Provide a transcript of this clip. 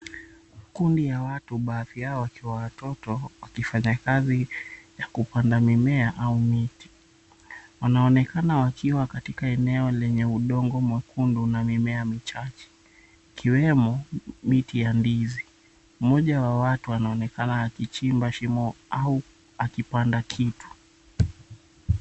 Makundi ya watu baadhi yao wakiwa watoto wakifanya kazi ya kupanda mimea ama miti, wanaonekana wakiwa katika eneo lenye udongo mwekundu na mimea michache ikiwemo miti ya ndizi. Mmoja wa watu wanaonekana akichimba shimo au akipanda kitu.